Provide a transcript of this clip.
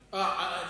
זחאלקה ידבר.